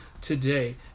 today